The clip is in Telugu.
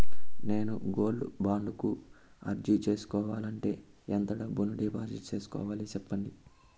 నేను గోల్డ్ బాండు కు అర్జీ సేసుకోవాలంటే ఎంత డబ్బును డిపాజిట్లు సేసుకోవాలి సెప్పండి